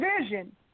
vision